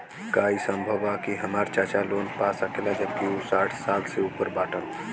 का ई संभव बा कि हमार चाचा लोन पा सकेला जबकि उ साठ साल से ऊपर बाटन?